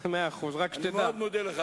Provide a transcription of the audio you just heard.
בימים כתיקונם אני אגיד לך,